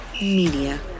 Media